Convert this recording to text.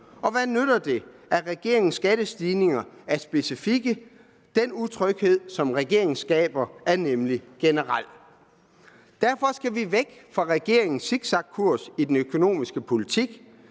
Og hvad nytter det, at regeringens skattestigninger er specifikke? Den utryghed, som regeringen skaber, er nemlig generel. Derfor skal vi væk fra regeringens zigzagkurs i den økonomiske politik.